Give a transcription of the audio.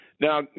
Now